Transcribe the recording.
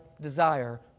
desire